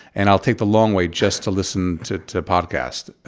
and i'll take the long way just to listen to to podcasts. ah,